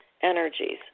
energies